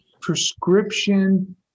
prescription